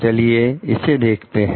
चलिए इसे देखते हैं